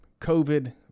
COVID